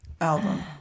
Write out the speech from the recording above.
album